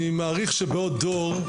אני מעריך שבעוד דור,